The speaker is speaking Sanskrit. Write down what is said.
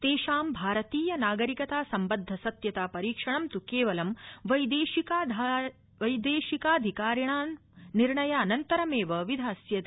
तेषां भारतीय नागरिकता सम्बद्ध सत्यता परीक्षणं तु केवलं वैदेशिकाधिकरणानां निर्णयानन्तरमेव विधास्यते